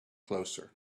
closer